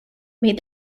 made